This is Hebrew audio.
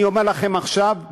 אני אומר לכם עכשיו,